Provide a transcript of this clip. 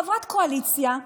חברת קואליציה,